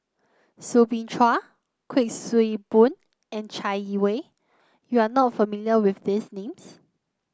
Soo Bin Chua Kuik Swee Boon and Chai Yee Wei you are not familiar with these names